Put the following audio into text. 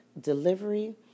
delivery